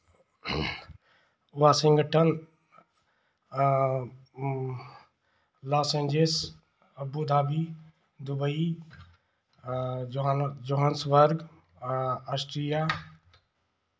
Washington Los Angeles Abu Dhabi Dubai जोहाना Johannesburg Austria